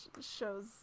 shows